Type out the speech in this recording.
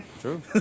True